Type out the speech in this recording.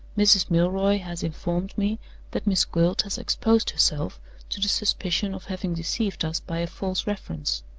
mrs. milroy has informed me that miss gwilt has exposed herself to the suspicion of having deceived us by a false reference.